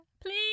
Please